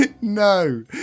no